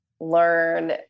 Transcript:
learn